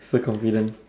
so confident